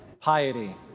piety